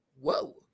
whoa